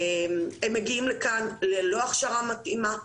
הם מגיעים לכאן ללא הכשרה מתאימה,